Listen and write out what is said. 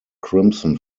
crimson